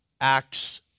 Acts